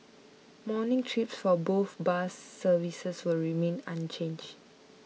morning trips for both bus services will remain unchanged